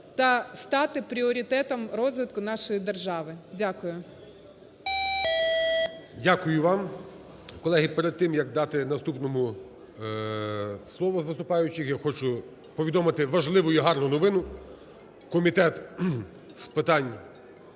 та стати пріоритетом розвитку нашої держави.